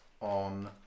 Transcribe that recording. on